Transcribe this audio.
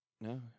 no